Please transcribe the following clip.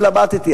התלבטתי.